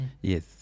Yes